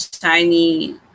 Shiny